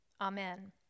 Amen